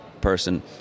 person